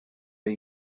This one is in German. wir